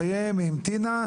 מעבר לשניים של הלשכה הפרטית,